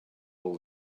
all